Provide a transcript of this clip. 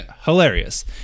hilarious